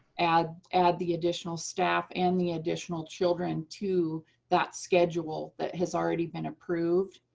add add the additional staff and the additional children to that schedule that has already been approved.